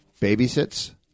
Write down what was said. babysits